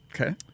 Okay